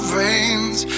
veins